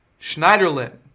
Schneiderlin